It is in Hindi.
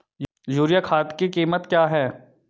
यूरिया खाद की कीमत क्या है?